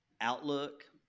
outlook